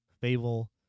Fable